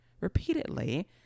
repeatedly